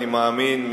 אני מאמין,